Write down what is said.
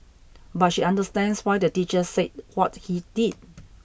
but she understands why the teacher said what he did